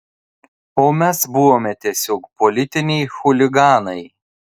o mes buvome tiesiog politiniai chuliganai